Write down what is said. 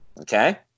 okay